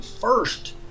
first